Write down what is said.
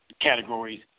categories